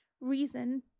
reason